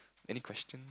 any question